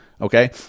okay